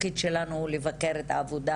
התפקיד שלנו לבקר את העבודה